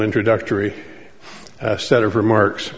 introductory set of remarks